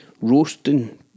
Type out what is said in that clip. roasting